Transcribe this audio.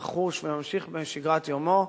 נחוש וממשיך בשגרת יומו,